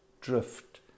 drift